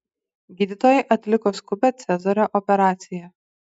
gydytojai atliko skubią cezario operaciją